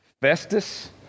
Festus